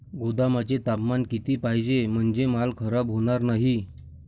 गोदामाचे तापमान किती पाहिजे? म्हणजे माल खराब होणार नाही?